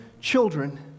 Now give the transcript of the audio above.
children